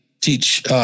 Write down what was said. teach